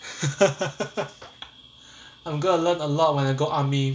I'm gonna learn a lot when I go army